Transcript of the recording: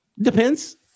Depends